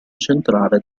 centrale